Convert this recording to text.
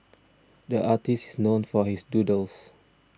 the artist is known for his doodles